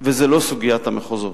וזה לא סוגיית המחוזות.